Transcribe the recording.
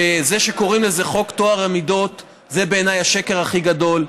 שזה שקוראים לזה חוק טוהר המידות זה בעיניי השקר הכי גדול.